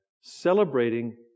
celebrating